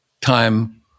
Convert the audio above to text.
time